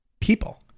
people